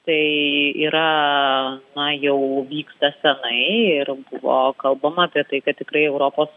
tai yra na jau vyksta senai ir buvo kalbama apie tai kad tikrai europos